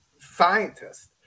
scientist